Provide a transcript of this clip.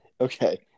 Okay